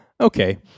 Okay